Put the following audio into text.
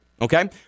okay